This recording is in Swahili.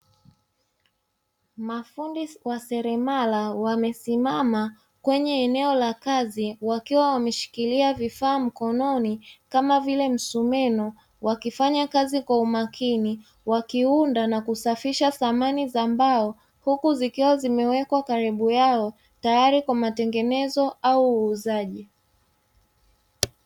Mafundi wa seremara wamesimama kwenye eneo la kazi wakiwa wameshikilia vifaa mkononi kama vile msumeno, wakifanya kazi kwa umakini wakiunda na kusafisha samani za mbao huku zikiwa zimewekwa karibu yao tayari kwa matengenezo au uuzaji.